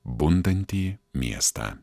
bundantį miestą